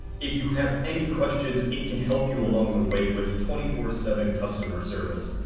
if you have any questions it can help you along the way with twenty four seven customer service.